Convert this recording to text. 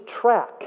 track